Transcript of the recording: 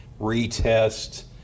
retest